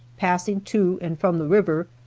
passing to and from the river,